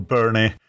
Bernie